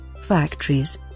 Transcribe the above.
Factories